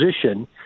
position